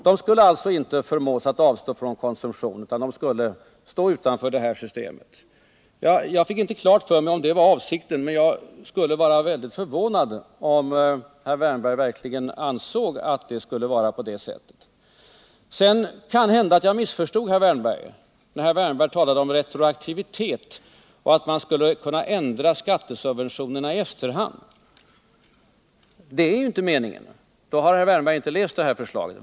De skulle alltså inte förmås att avstå från konsumtion utan skulle stå utanför systemet. Jag fick inte klart för mig om det var avsikten, men jag skulle vara mycket förvånad om herr Wärnberg verkligen ansåg att det skulle vara på det sättet. Kanhända jag missförstod herr Wärnberg när han talade om retroaktivitet och att man skulle kunna ändra redan utlovade skattesubventioner i efterhand. Det är ju inte meningen. Menade herr Wärnberg det har han inte läst förslaget.